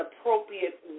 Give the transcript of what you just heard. appropriate